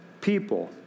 people